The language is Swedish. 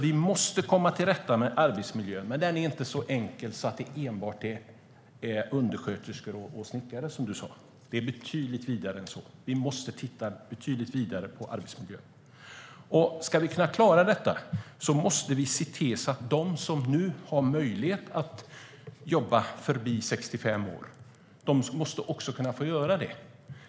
Vi måste komma till rätta med arbetsmiljön, men det är inte så enkelt att det enbart handlar om undersköterskor och snickare, som du sa. Det är betydligt vidare än så, och vi måste titta betydligt vidare på arbetsmiljön. Om vi ska kunna klara detta måste vi se till så att de som nu har möjlighet att jobba förbi 65 år också måste kunna få göra det.